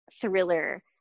thriller